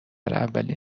اولین